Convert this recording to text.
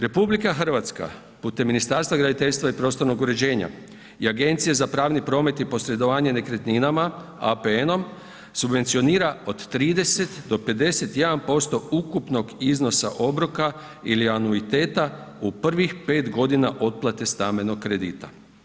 RH putem Ministarstva graditeljstva i prostornog uređenja i agencije za pravni promet i posredovanje nekretninama, APN-om subvencionira od 30 do 51% ukupnog iznosa obroka ili anuiteta u prvih 5 godina otplate stambenog kredita.